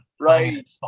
right